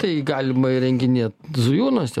tai galima įrenginė zujūnuose